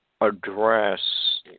address